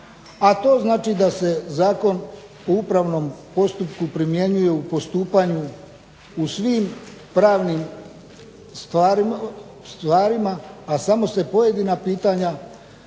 a to znači da se Zakon o upravnom postupku primjenjuje u postupanju u svim pravnim stvarima, a samo se pojedina pitanja